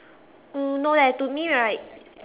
oo no leh to me right